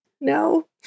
No